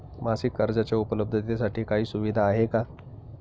मासिक कर्जाच्या उपलब्धतेसाठी काही सुविधा आहे का?